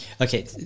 Okay